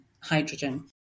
hydrogen